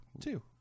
Two